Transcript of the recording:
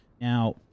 now